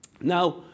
Now